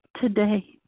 today